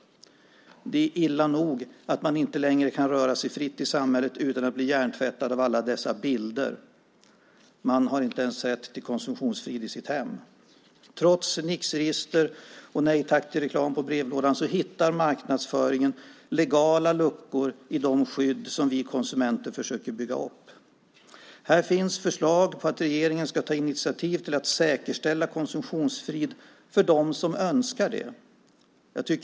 Det är illa nog att man inte längre kan röra sig fritt i samhället utan att bli hjärntvättad av alla dessa bilder - man har inte ens rätt till konsumtionsfrid i sitt hem. Trots Nixregistret och "Nej tack till reklam" på brevlådan hittar marknadsförare legala luckor i de skydd som vi konsumenter försöker bygga upp. Här finns förslag på att regeringen ska ta initiativ till att säkerställa konsumtionsfrid för dem som önskar det.